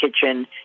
Kitchen